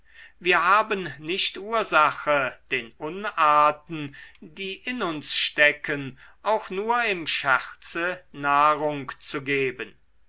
wir haben nicht ursache den unarten die in uns stecken auch nur im scherze nahrung zu geben